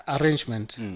arrangement